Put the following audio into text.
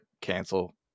cancel